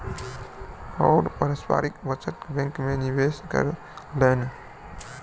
ओ पारस्परिक बचत बैंक में निवेश कयलैन